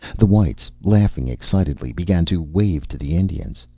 the whites, laughing excitedly, began to wave to the indians.